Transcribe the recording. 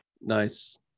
nice